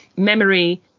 memory